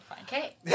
Okay